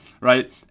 right